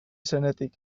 zenetik